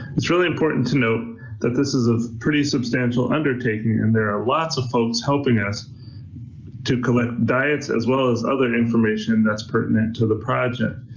it's really important to note that this is a pretty substantial undertaking and there are lots of folks helping us to collect diets as well as other information that's pertinent to the project.